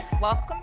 Welcome